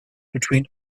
between